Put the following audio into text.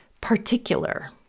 Particular